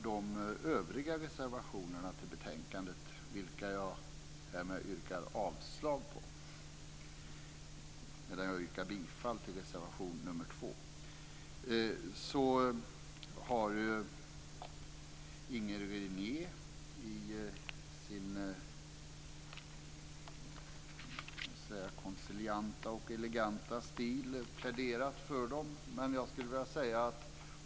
De övriga reservationerna till betänkandet, vilka jag härmed yrkar avslag på, medan jag yrkar bifall till reservation nr 2, har Inger René i sin konsilianta och eleganta stil pläderat för.